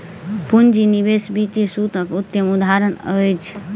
पूंजी निवेश वित्तीय सूत्रक उत्तम उदहारण अछि